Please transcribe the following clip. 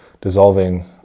dissolving